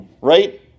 Right